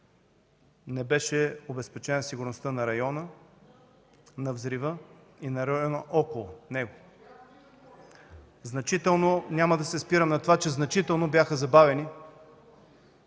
не беше обезпечена сигурността на района на взрива и на района около него. (Реплика от ГЕРБ.) Няма да се спирам на това, че значително бяха забавени